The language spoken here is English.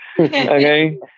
Okay